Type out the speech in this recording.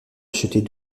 acheter